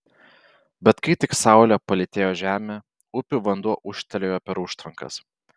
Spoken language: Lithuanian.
bet kai tik saulė palytėjo žemę upių vanduo ūžtelėjo per užtvankas